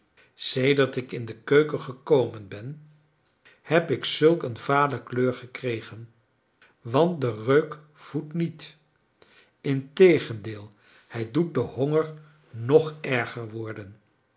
sedert ik in de keuken gekomen ben heb ik zulk een vale kleur gekregen want de reuk voedt niet integendeel hij doet den honger nog erger worden